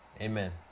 Amen